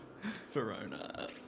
Verona